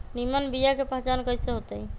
निमन बीया के पहचान कईसे होतई?